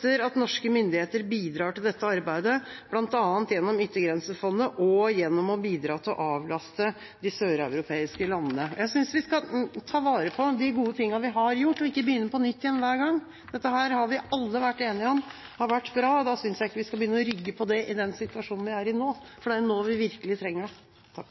støtter at norske myndigheter bidrar til dette arbeidet, blant annet gjennom yttergrensefondet, og gjennom å bidra til å avlaste de søreuropeiske landene.» Jeg synes vi skal ta vare på de gode tingene vi har gjort, og ikke begynne på nytt igjen hver gang. Dette har vi alle vært enige om har vært bra, og da synes jeg ikke vi skal begynne å rygge på det i den situasjonen vi er i nå, for det er nå vi virkelig trenger det.